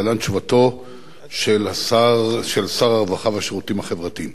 להלן תשובתו של שר הרווחה והשירותים החברתיים: